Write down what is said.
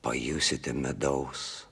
pajusite medaus